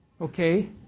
Okay